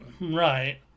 Right